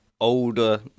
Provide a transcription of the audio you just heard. older